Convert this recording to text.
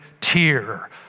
tear